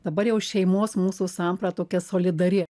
dabar jau šeimos mūsų sampra tokia solidari